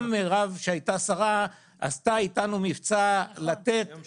גם מירב שהייתה שרה עשתה איתנו מבצע לתת